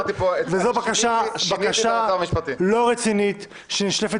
אמרתי פה --- זאת בקשה לא רצינית שנשלפת